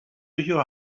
your